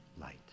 light